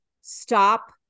stop